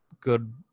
good